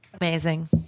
amazing